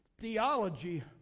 Theology